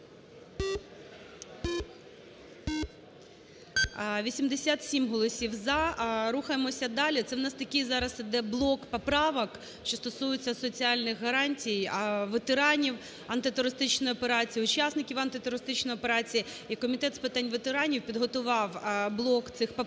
87 голосів "за". Рухаємося далі. Це в нас такий зараз іде блок поправок, що стосується соціальних гарантій ветеранів антитерористичної операції, учасників антитерористичної операції, і Комітет з питань ветеранів підготував блок цих поправок,